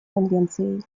конвенцией